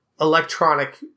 electronic